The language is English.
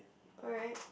alright